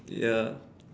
ya